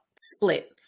split